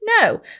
No